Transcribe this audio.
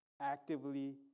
actively